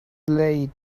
lay